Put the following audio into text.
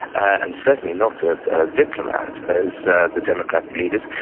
and certainly not a diplomat, as the the democratic leaders.